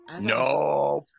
no